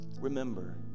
remember